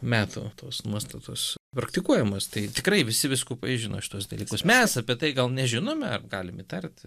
metų tos nuostatos praktikuojamos tai tikrai visi vyskupai žino šituos dalykus mes apie tai gal nežinome ar galim įtarti